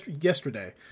Yesterday